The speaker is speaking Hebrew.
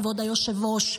כבוד היושב-ראש,